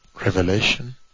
Revelation